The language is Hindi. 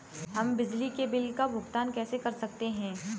हम बिजली के बिल का भुगतान कैसे कर सकते हैं?